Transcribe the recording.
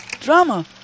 Drama